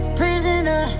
prisoner